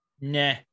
nah